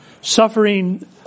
Suffering